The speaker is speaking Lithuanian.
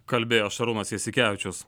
kalbėjo šarūnas jasikevičius